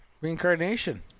reincarnation